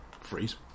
Freeze